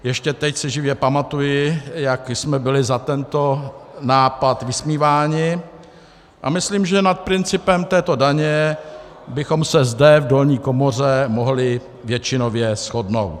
Ještě teď si živě pamatuji, jak jsme byli za tento nápad vysmíváni, a myslím, že nad principem této daně bychom se zde v dolní komoře mohli většinově shodnout.